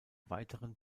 weiteren